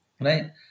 right